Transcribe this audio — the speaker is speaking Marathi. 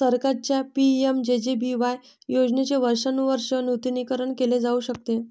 सरकारच्या पि.एम.जे.जे.बी.वाय योजनेचे वर्षानुवर्षे नूतनीकरण केले जाऊ शकते